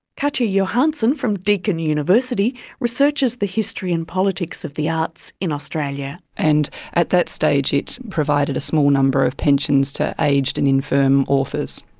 katya johanson, from deakin university, researches the history and politics of the arts in australia. and at that stage it provided a small number of pensions to aged and infirm authors.